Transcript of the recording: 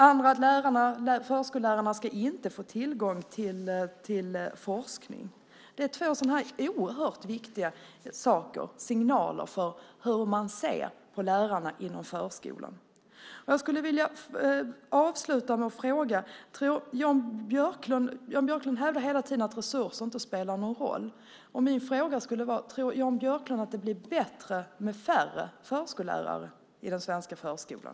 Det handlar om att förskollärarna inte ska få tillgång till forskning. Detta är två oerhört viktiga signaler för hur man ser på lärarna inom förskolan. Jag vill avsluta med att ställa en fråga. Jan Björklund hävdar hela tiden att resurser inte spelar någon roll. Min fråga är: Tror Jan Björklund att det blir bättre med färre förskollärare i den svenska förskolan?